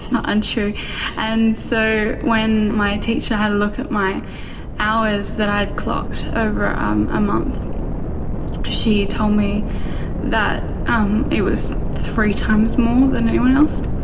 and and and so when my teacher had a look at my hours that i had clocked over um a month she told me that um it was three times more than anyone else.